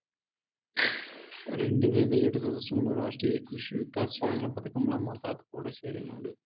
రెండువేల ఏడు సంవత్సరంలో రాష్ట్రీయ కృషి వికాస్ యోజన పథకంలో మా తాత కూడా సేరినాడు